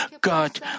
God